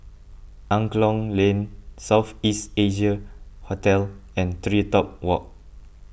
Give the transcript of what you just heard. Angklong Lane South East Asia Hotel and TreeTop Walk